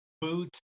Boots